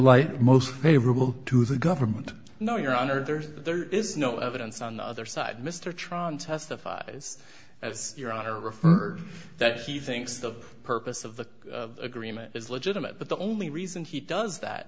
light most favorable to the government no your honor there's there is no evidence on the other side mr truong testifies as your honor referred that he thinks the purpose of the agreement is legitimate but the only reason he does that